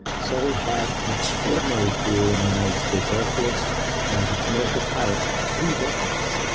sully had an extraordinary career in the united states airforce, and as a commercial pilot for three decades.